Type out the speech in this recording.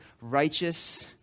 righteous